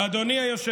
אתה מנהיג,